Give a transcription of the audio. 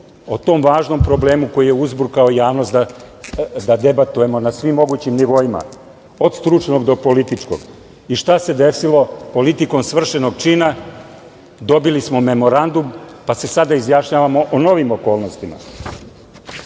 o tom važnom problemu koji je uzburkao javnost da debatujemo na svim mogućim nivoima, od stručnog do političkog. I šta se desilo? Politikom svršenog čina dobili smo memorandum, pa se sada izjašnjavamo o novim okolnostima. Da